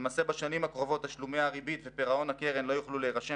למעשה בשנים הקרובות תשלומי הריבית ופירעון הקרן לא יוכלו להירשם